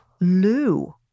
Lou